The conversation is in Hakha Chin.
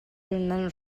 nan